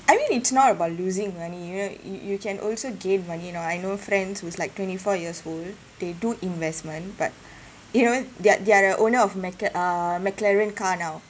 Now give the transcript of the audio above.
I mean it's not about losing money you know you you can also gain money you know I know friends who's like twenty four years old they do investment but you know they're they're a owner of mc~ uh mclaren car now